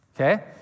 Okay